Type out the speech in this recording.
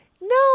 No